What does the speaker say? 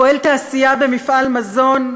פועל תעשייה במפעל מזון,